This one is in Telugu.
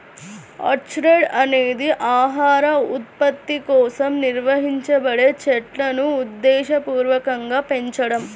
ఆర్చర్డ్ అనేది ఆహార ఉత్పత్తి కోసం నిర్వహించబడే చెట్లును ఉద్దేశపూర్వకంగా పెంచడం